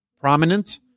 prominent